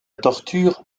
torture